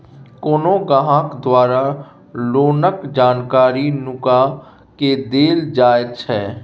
कोनो ग्राहक द्वारा लोनक जानकारी नुका केँ देल जाएत छै